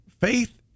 faith